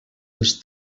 els